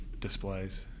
displays